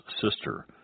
sister